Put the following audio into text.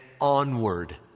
onward